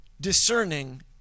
discerning